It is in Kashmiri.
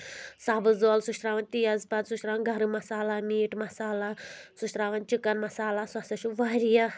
سبٕز عٲلہٕ سُہ چھُ تراوان تیز پَتہٕ سُہ چھُ ترٛاوان گَرٕم مصالحہ میٖٹ مصالحہ سُہ چھُ ترٛاوان چِکَن مصالحہ سُہ ہَسا چھُ واریاہ